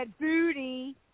booty